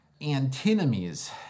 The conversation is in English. antinomies